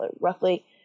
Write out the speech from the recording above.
roughly